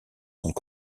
sont